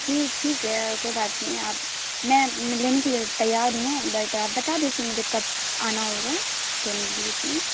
جی ٹھیک ہے کوئی بات نہیں ہے آپ میں لینے کے لیے تیار ہوں بٹ آپ بتا دیتی مجھے کب آنا ہوگا لینے کے لیے سم